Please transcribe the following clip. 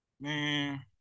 Man